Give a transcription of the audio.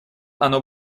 оно